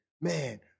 man